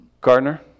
Gardner